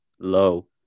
low